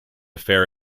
fair